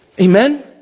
Amen